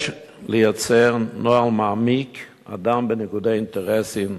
יש ליצור נוהל מעמיק הדן בניגודי האינטרסים,